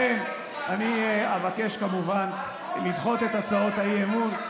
ולכן אני אבקש, כמובן, לדחות את הצעות האי-אמון.